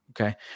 Okay